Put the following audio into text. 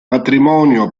matrimonio